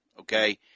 okay